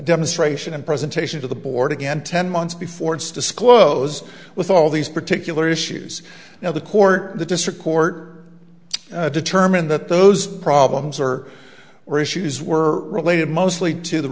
demonstration and presentation to the board again ten months before its disclose with all these particular issues now the court the district court determine that those problems or were issues were related mostly to the